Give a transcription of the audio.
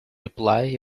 reply